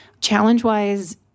Challenge-wise